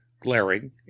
glaring